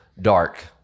Dark